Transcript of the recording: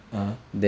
(uh huh)